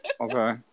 okay